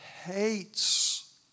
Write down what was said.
hates